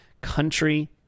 country